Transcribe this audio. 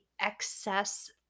excess